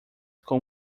com